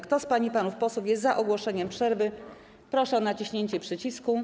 Kto z pań i panów posłów jest za ogłoszeniem przerwy, proszę o naciśnięcie przycisku.